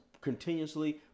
continuously